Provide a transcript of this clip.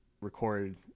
record